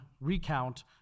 recount